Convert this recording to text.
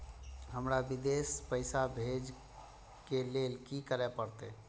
हमरा विदेश पैसा भेज के लेल की करे परते?